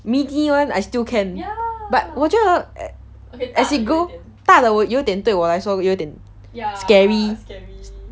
mini [one] I still can but 我觉得 as it grow 大了对我来说有一点